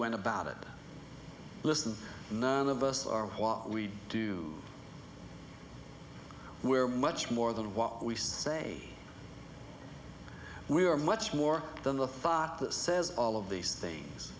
went about it listen none of us are what we do we're much more than what we say we are much more than the thought that says all of these things